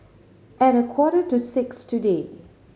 at a quarter to six today